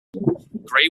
gray